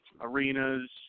arenas